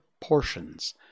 portions